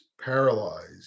paralyzed